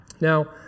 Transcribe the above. Now